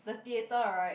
the theater right